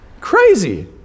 crazy